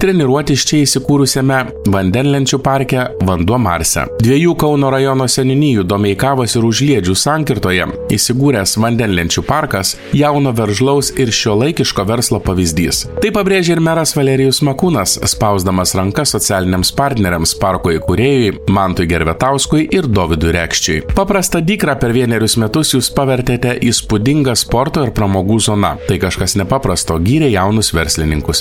treniruotis čia įsikūrusiame vandenlenčių parke vanduo marse dviejų kauno rajono seniūnijų domeikavos ir užliedžių sankirtoje įsigūręs vandenlenčių parkas jauno veržlaus ir šiuolaikiško verslo pavyzdys tai pabrėžė ir meras valerijus makūnas spausdamas rankas socialiniams partneriams parko įkūrėjui mantui gervetauskui ir dovydui rekščiui paprastą dykrą per vienerius metus jūs pavertėte įspūdinga sporto ir pramogų zona tai kažkas nepaprasto gyrė jaunus verslininkus